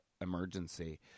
emergency